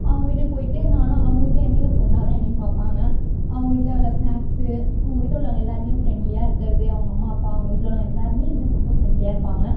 அவங்க வீட்டுக்கு போய்ட்டு நான்லாம் அவங்க வீட்டில என்னையும் ஒரு பொண்ணாகதான் என்னையும் பார்ப்பாங்க அவங்க வீட்டில உள்ள ஸ்நாக்ஸ் அவங்க வீட்டில உள்ளவங்க எல்லார்கிட்டையும் ஃப்ரெண்ட்லியாக இருக்கிறது அவங்க அம்மா அப்பா அவங்க வீட்டில உள்ளவங்க எல்லாருமே என்கிட்ட ரொம்ப ஃப்ரெண்ட்லியாக இருப்பாங்க